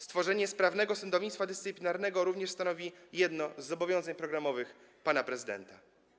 Stworzenie sprawnego sądownictwa dyscyplinarnego stanowi również jedno z zobowiązań programowych pana prezydenta.